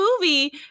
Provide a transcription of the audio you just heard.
movie